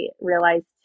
realized